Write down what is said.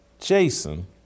Jason